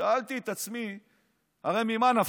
שאלתי את עצמי: הרי ממה נפשך?